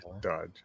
Dodge